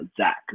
Zach